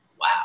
Wow